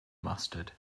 mustard